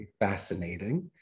fascinating